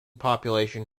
population